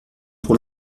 pour